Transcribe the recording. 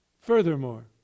Furthermore